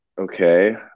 Okay